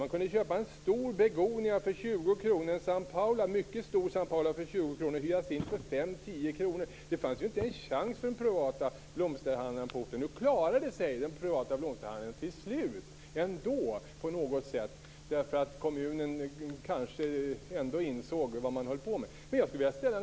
Man kunde köpa en stor begonia för 20 Det fanns inte en chans för den privata blomsterhandlaren på orten. Nu klarade sig den privata blomsterhandlaren till slut på något sätt, därför att kommunen ändå insåg vad man höll på med.